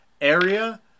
area